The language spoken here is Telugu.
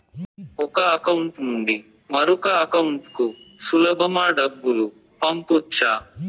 ఒక అకౌంట్ నుండి మరొక అకౌంట్ కు సులభమా డబ్బులు పంపొచ్చా